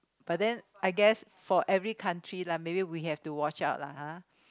but then I guess for every country lah maybe we have to watch out lah !huh!